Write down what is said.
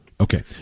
Okay